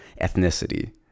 ethnicity